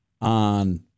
on